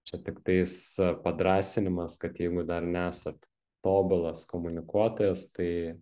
čia tiktais padrąsinimas kad jeigu dar nesat tobulas komunikuotojas tai